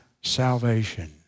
salvation